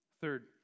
Third